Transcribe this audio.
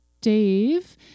Dave